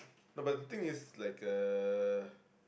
no but the thing is like a